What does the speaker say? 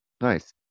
Nice